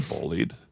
bullied